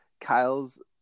Kyle's